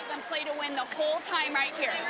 and play to win the whole timeright here.